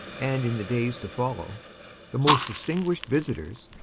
and in the days to follow the most distinguished visitors,